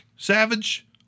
Savage